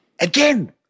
again